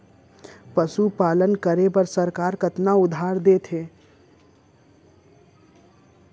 पशुपालन करे बर सरकार कतना उधार देथे?